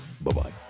Bye-bye